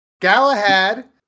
galahad